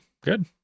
good